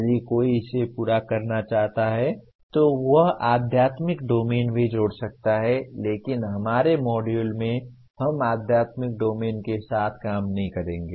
यदि कोई इसे पूरा करना चाहता है तो वह आध्यात्मिक डोमेन भी जोड़ सकता है लेकिन हमारे मॉड्यूल में हम आध्यात्मिक डोमेन के साथ काम नहीं करेंगे